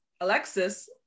alexis